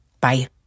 Bye